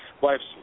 wife's